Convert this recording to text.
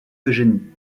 eugénie